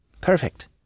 Perfect